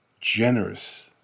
generous